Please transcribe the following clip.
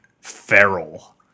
feral